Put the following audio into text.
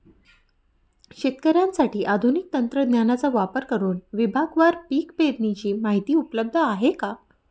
शेतकऱ्यांसाठी आधुनिक तंत्रज्ञानाचा वापर करुन विभागवार पीक पेरणीची माहिती उपलब्ध आहे का?